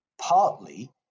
partly